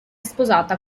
sposata